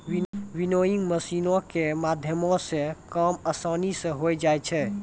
winnowing मशीनो के माध्यमो से काम असानी से होय जाय छै